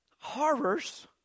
horrors